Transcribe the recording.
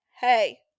Hey